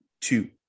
two